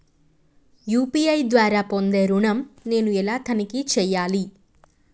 UPI ద్వారా పొందే ఋణం నేను ఎలా తనిఖీ చేయాలి?